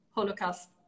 Holocaust